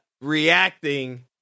reacting